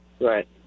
Right